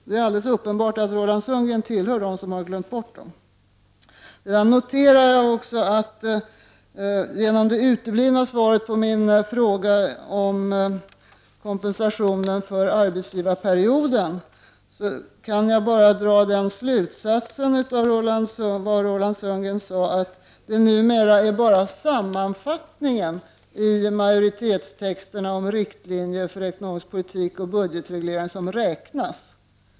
Det är alldeles uppenbart att Roland Sundgren tillhör dem som har glömt bort dessa grupper. Jag noterar också att genom det uteblivna svaret på min fråga om kompensationen för arbetsgivarperioden, kan jag dra den slutsatsen av vad Roland Sundgren sade, att det numera bara är sammanfattningen i majoritetstexten om riktlinjer för ekonomisk politik och budgetreglering som räknas.